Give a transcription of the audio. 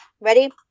Ready